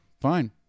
fine